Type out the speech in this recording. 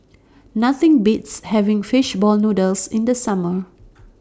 Nothing Beats having Fish Ball Noodles in The Summer